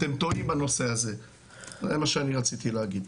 אתם טועים בנושא הזה וזה מה שרציתי להגיד.